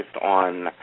on